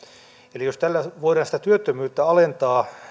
eli jos tällä voidaan sitä työttömyyttä alentaa